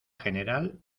general